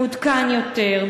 מעודכן יותר,